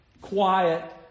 Quiet